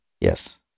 Yes